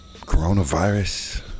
Coronavirus